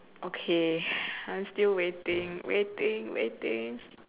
okay I'm still waiting waiting waiting waiting